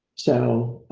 so,